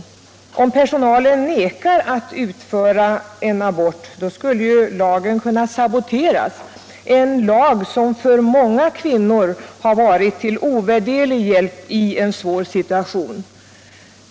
Om personalen nekar att utföra en abort, då saboteras ju lagen, en lag som för många kvinnor har varit till ovärderlig hjälp i en svår situation.